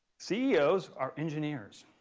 ceo's are engineers.